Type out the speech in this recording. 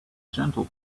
gentle